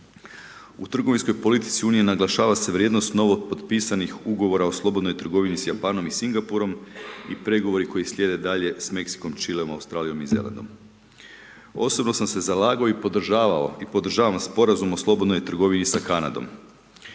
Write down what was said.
U trgovinskoj politici Unije naglašava se vrijednost novo potpisanih ugovora o slobodnoj trgovini sa Japanom i Singapurom, i pregovori koji slijede dalje s Meksikom, Čileom, Australijom i Zelandom. Osobno sam se zalagao i podržavao, i podržavam sporazum o slobodnoj trgovini sa Kanadom.